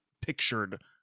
pictured